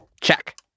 Check